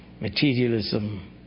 Materialism